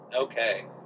Okay